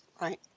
right